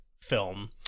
film